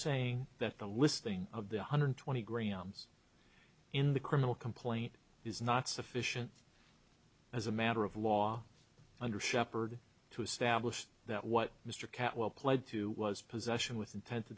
saying that the listing of the one hundred twenty grams in the criminal complaint is not sufficient as a matter of law under shepherd to establish that what mr cantwell pled to was possession with intent to